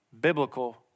biblical